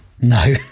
No